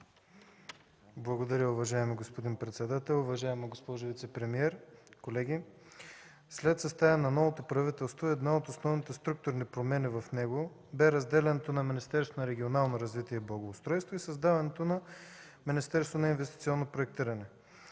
Благодаря, уважаеми господин председател. Уважаема госпожо вицепремиер, колеги! След съставяне на новото правителство, една от основните структурни промени в него бе разделянето на Министерството на регионалното развитие и благоустройството и създаването на Министерство на инвестиционното проектиране,